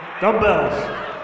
Dumbbells